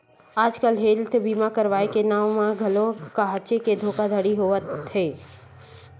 आजकल हेल्थ बीमा करवाय के नांव म घलो काहेच के धोखाघड़ी होवत हे